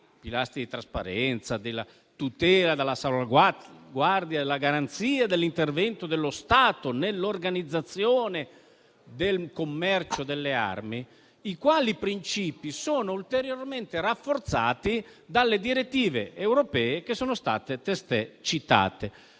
quelli di trasparenza, tutela e salvaguardia della garanzia dell'intervento dello Stato nell'organizzazione del commercio delle armi, ulteriormente rafforzati dalle direttive europee che sono state testé citate.